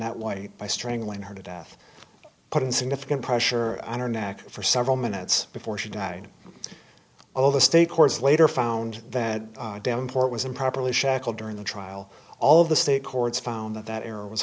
that one by strangling her to death putting significant pressure on her neck for several minutes before she died well the state courts later found that downpour was improperly shackled during the trial all of the state courts found that that error was